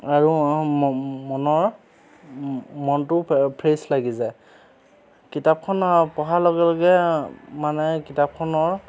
আৰু মনৰ মনটো ফ ফ্ৰেছ লাগি যায় কিতাপখন পঢ়াৰ লগে লগে মানে কিতাপখনৰ